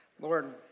Lord